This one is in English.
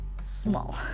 small